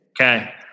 Okay